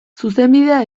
zuzenbidea